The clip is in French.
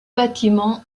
bâtiments